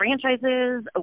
franchises